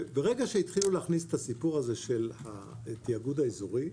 ברגע שהתחילו להכניס את הסיפור של התיאגוד האזורי,